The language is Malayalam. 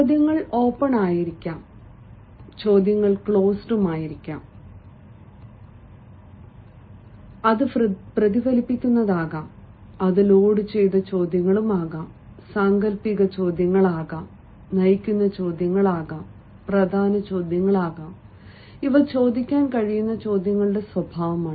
ചോദ്യങ്ങൾ ഓപ്പൺ ആയിരിക്കാം ചോദ്യങ്ങൾ ക്ലോസ്ഡ് ആയിരിക്കാം അത് അന്വേഷിച്ചേക്കാം അത് പ്രതിഫലിപ്പിക്കുന്നതാകാം അത് ലോഡുചെയ്ത ചോദ്യങ്ങൾ സാങ്കൽപ്പിക ചോദ്യങ്ങൾ നയിക്കുന്ന ചോദ്യങ്ങൾ പ്രധാന ചോദ്യങ്ങൾ ഇവ ചോദിക്കാൻ കഴിയുന്ന ചോദ്യങ്ങളുടെ സ്വഭാവമാണ്